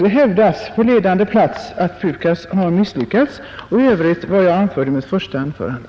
Där hävdas på ledande plats att PUKAS har misslyckats, och i övrigt framför man de synpunkter som jag redovisade i mitt första anförande.